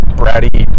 bratty